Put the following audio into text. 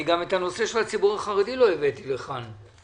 גם את הנושא של הציבור החרדי לא הבאתי לכאן.